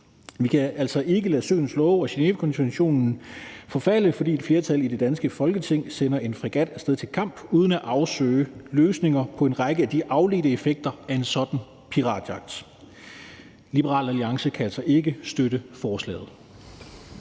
Vi kan altså ikke lade søens love og Genèvekonventionen forfalde, fordi et flertal i det danske Folketing sender en fregat af sted til kamp uden at afsøge løsninger på en række af de afledte effekter af en sådan piratjagt. Liberal Alliance kan altså ikke støtte forslaget.